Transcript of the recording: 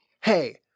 hey